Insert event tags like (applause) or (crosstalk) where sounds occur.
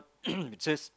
(coughs) it says